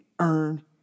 earn